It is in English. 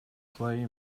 play